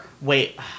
Wait